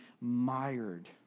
mired